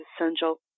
essential